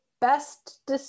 best